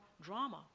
drama